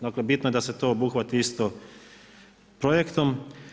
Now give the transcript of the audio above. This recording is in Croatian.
Dakle bitno je da se to obuhvati isto projektom.